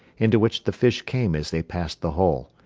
into which the fish came as they passed the hole.